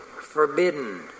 Forbidden